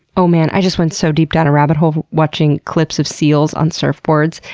oh man i just went so deep down a rabbit hole watching clips of seals on surfboards,